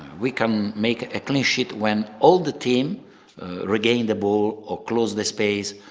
we can make a clean sheet when all the team regain the ball, or close the space,